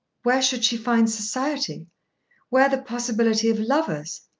where should she find society where the possibility of lovers?